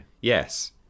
yes